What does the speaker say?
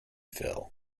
phil